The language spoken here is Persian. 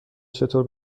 چطور